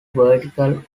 vertical